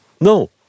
no